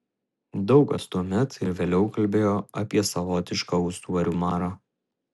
daug kas tuomet ir vėliau kalbėjo apie savotišką ūsorių marą